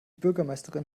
bürgermeisterin